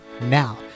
Now